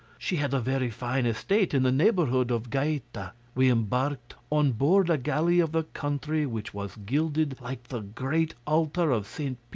she had a very fine estate in the neighbourhood of gaeta. we embarked on board a galley of the country which was gilded like the great altar of st.